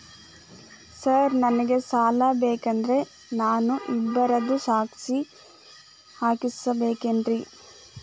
Sir ನನಗೆ ಸಾಲ ಬೇಕಂದ್ರೆ ನಾನು ಇಬ್ಬರದು ಸಾಕ್ಷಿ ಹಾಕಸಬೇಕೇನ್ರಿ?